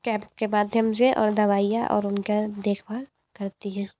camp माध्यम से और दवाइयाँ और उनका देखभाल करती हैं